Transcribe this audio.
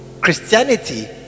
christianity